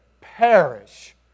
perish